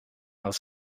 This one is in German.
aus